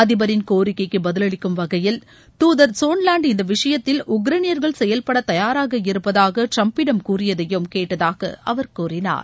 அதிபரின் கோரக்கைக்கு பதிலளிக்கும் வகையில் தூதர் சோன்லாண்டு இந்த விஷயத்தில் உக்ரைனியர்கள் செயல்பட தயாராக இருப்பதாக கூறியதையும் கேட்டதாக அவர் கூறினார்